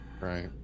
Right